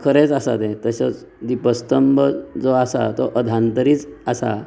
खरेंच आसा तें तसोच दिपस्थंब जो आसा तो अधांतरीत आसा